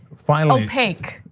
finally. opaque.